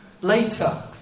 later